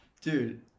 Dude